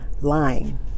Lying